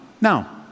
now